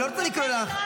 אני לא רוצה לקרוא אותך.